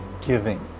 giving